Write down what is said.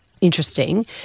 interesting